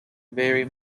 very